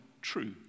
true